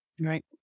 Right